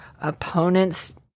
opponent's